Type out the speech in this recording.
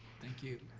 thank you.